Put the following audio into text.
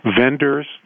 vendors